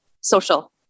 social